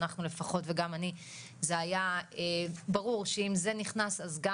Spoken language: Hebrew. אנחנו לפחות וגם אני זה היה ברור שאם זה נכנס אז גם